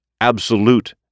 absolute